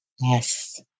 Yes